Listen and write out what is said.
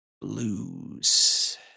Blues